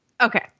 Okay